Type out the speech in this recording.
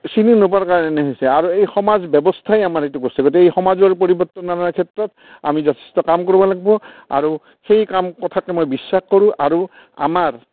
চিনি নোপোৱাৰ কাৰণে হৈছে আৰু এই সমাজ ব্যৱস্থাই আমাৰ এইটো কৰিছে গতিকে এই সমাজৰ পৰিৱৰ্তন অনাৰ ক্ষেত্ৰত আমি যথেষ্ট কাম কৰিব লাগিব আৰু সেই কাম কথাকে মই বিশ্বাস কৰোঁ আৰু আমাৰ